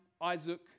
Isaac